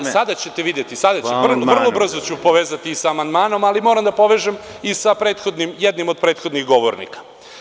Evo, sada ćete videti, vrlo brzo ću povezati sa amandmanom, ali moram da povežem i sa jednim od prethodnih govornika.